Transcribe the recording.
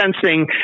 sensing